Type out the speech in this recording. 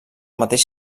mateix